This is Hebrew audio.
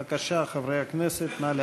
בבקשה, חברי הכנסת, נא להצביע,